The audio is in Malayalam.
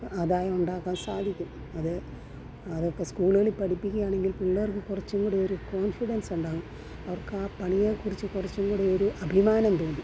ആദായം ഉണ്ടാക്കാൻ സാധിക്കും അത് അതൊക്കെ സ്കൂളുകളിൽ പഠിപ്പിക്യാണെങ്കിൽ പിള്ളേർക്ക് കുറച്ച് കൂടെ ഒരു കോൺഫിഡൻസുണ്ടാവും അവർക്കാ പണിയെക്കുറിച്ച് കുറച്ചൂടെ ഒരു അഭിമാനം തോന്നും